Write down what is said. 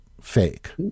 fake